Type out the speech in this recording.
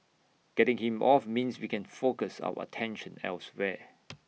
getting him off means we can focus our attention elsewhere